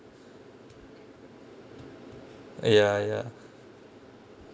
ya ya